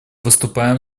выступаем